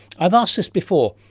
i've asked this before.